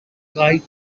guide